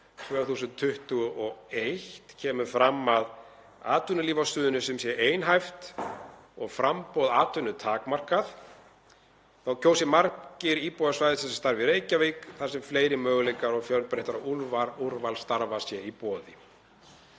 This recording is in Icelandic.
2021 kemur fram að atvinnulíf á Suðurnesjum sé einhæft og framboð atvinnu takmarkað. Þá kjósi margir íbúar svæðisins að starfa í Reykjavík þar sem fleiri möguleikar og fjölbreyttara úrval starfa sé í boði.